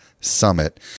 summit